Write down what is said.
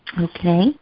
Okay